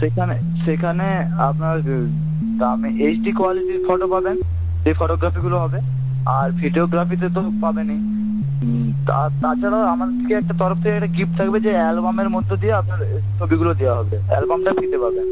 সেখানে সেখানে আপনার দামে এইচ ডি কোয়ালিটির ফটো পাবেন যে ফটোগ্রাফিগুলো হবে আর ভিডিওগ্রাফিতে তো পাবেনই আর তাছাড়াও আমাদের থেকে একটা তরফ থেকে একটা গিফট থাকবে যে অ্যালবামের মধ্য দিয়ে আপনার ছবিগুলো দেওয়া হবে অ্যালবামটা ফ্রিতে পাবেন